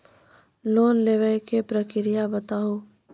Loan लेवे के प्रक्रिया बताहू?